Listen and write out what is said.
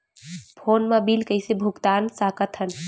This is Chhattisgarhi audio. फोन मा बिल कइसे भुक्तान साकत हन?